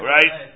Right